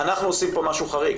אנחנו עושים פה משהו חריג.